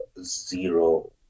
zero